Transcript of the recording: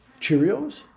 Cheerios